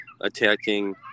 attacking